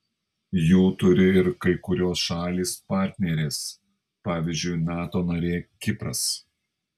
jų turi ir kai kurios šalys partnerės pavyzdžiui nato narė kipras